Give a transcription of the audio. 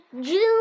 June